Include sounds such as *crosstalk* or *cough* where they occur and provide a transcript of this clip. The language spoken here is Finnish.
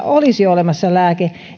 *unintelligible* olisi olemassa lääke